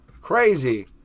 Crazy